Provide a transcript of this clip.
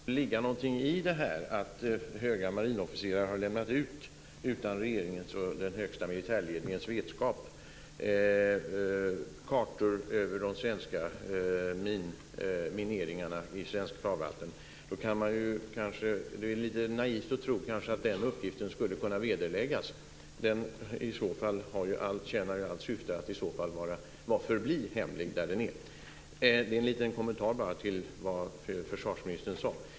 Herr talman! Om det nu skulle ligga något i detta att höga marinofficerare utan regeringens och den högsta militärledningens vetskap har lämnat ut kartor över de svenska mineringarna i svenska farvatten, är det kanske lite naivt att tro att den uppgiften skulle kunna vederläggas. Det tjänar ju sitt syfte att den får förbli hemlig där den är. Det var bara en liten kommentar till det försvarsministern sade.